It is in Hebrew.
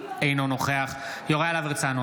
אינו נוכח יוראי להב הרצנו,